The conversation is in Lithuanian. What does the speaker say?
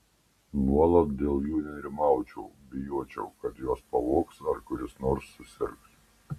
nuolat dėl jų nerimaučiau bijočiau kad juos pavogs ar kuris nors susirgs